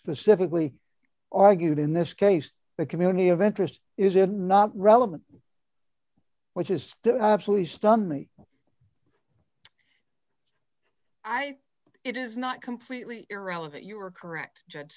specifically argued in this case the community event this is it not relevant which is absolutely stunned me i it is not completely irrelevant you are correct